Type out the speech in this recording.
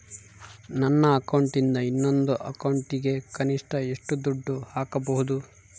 ನನ್ನ ಅಕೌಂಟಿಂದ ಇನ್ನೊಂದು ಅಕೌಂಟಿಗೆ ಕನಿಷ್ಟ ಎಷ್ಟು ದುಡ್ಡು ಹಾಕಬಹುದು?